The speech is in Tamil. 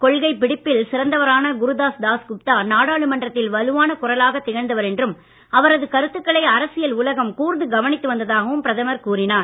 கொள்கைப் பிடிப்பில் சிறந்தவரான குருதாஸ் தாஸ்குப்தா நாடாளுமன்றத்தில் வலுவான குரலாகத் திகழ்ந்தவர் என்றும் அவரது கருத்துக்களை அரசியல் உலகம் கூர்ந்து கவனித்து வந்ததாகவும் பிரதமர் கூறியுள்ளார்